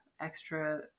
extra